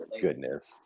goodness